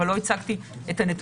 אבל לא הצגתי את הנתונים,